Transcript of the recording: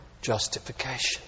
justification